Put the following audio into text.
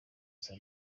saa